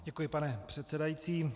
Děkuji, pane předsedající.